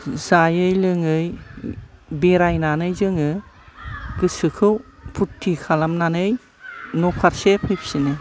जायै लोङै बेरायनानै जोङो गोसोखौ फुरथि खालामनानै न' फारसे फैफिनो